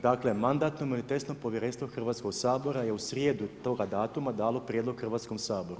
Dakle, Mandatno imunitetno povjerenstvo Hrvatskog sabora je u srijedu toga datuma dalo prijedlog Hrvatskom saboru.